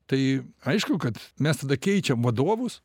tai aišku kad mes tada keičiam vadovus